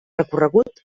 recorregut